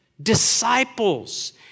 disciples